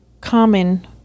common